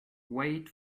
wait